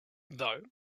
though